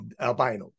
albinos